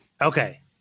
Okay